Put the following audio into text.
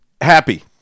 Happy